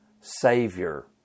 Savior